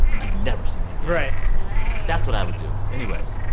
and you'd never see me again right nice that's what i would do. anyways.